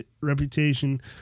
reputation